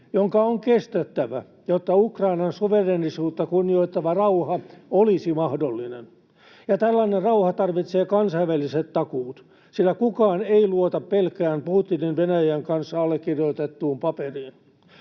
jonka on kestettävä, jotta Ukrainan suvereenisuutta kunnioittava rauha olisi mahdollinen. Tällainen rauha tarvitsee kansainväliset takuut, sillä kukaan ei luota pelkkään Putinin Venäjän kanssa allekirjoitettuun paperiin.